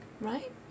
right